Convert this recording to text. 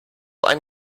ein